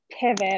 pivot